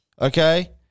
okay